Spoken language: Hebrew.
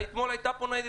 אתמול הייתה פה ניידת,